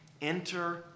enter